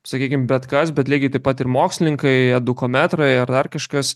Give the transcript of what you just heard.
sakykim bet kas bet lygiai taip pat ir mokslininkai edukometrai ar dar kažkas